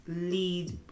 lead